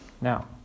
Now